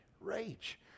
Rage